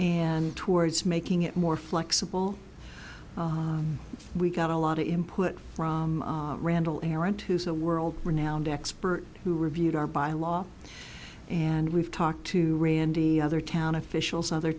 and towards making it more flexible we got a lot of input from randall errant who's a world renowned expert who reviewed our bylaw and we've talked to randy other town officials other